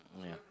yeah